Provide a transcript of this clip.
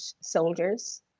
soldiers